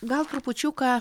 gal trupučiuką